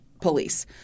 police